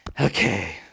Okay